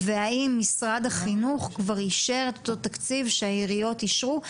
והאם משרד החינוך כבר אישר את אותו התקציב שהעיריות אישרו.